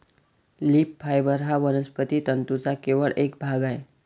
leaf fibre हा वनस्पती तंतूंचा केवळ एक भाग आहे